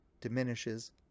diminishes